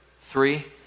Three